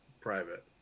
private